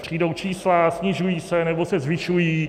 Přijdou čísla, snižují se, nebo se zvyšují.